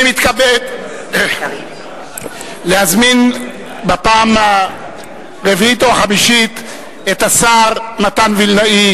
אני מתכבד להזמין בפעם הרביעית או החמישית את השר מתן וילנאי